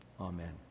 Amen